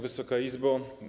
Wysoka Izbo!